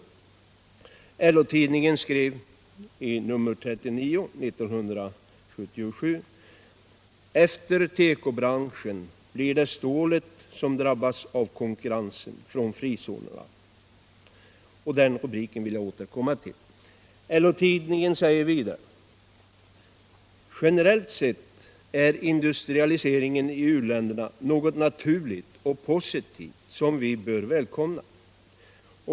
LO-tidningen skrev i nr 39 år 1977: ”Efter teko-branschen — blir det stålet som drabbas av konkurrensen från frizonerna?” Den rubriken vill jag återkomma till. LO-tidningen sade vidare: ”Generellt sett är industrialiseringen i U länderna något naturligt och positivt som vi bör välkomna.